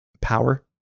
power